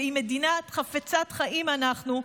ואם מדינה חפצת חיים אנחנו,